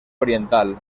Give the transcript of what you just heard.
oriental